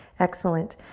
excellent.